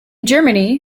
germany